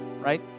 right